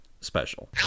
special